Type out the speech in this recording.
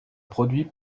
produit